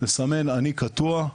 נסמן 'אני קטוע',